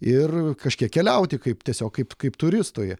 ir kažkiek keliauti kaip tiesiog kaip kaip turistui